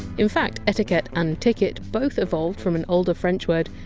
in fact etiquette and ticket both evolved from an older french word!